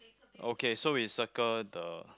okay so we circle the